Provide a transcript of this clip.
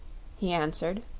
he answered.